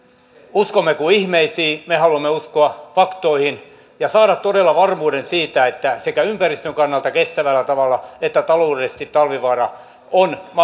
uskommeko ihmeisiin me haluamme uskoa faktoihin ja saada todella varmuuden siitä että sekä ympäristön kannalta kestävällä tavalla että taloudellisesti talvivaara on